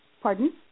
Pardon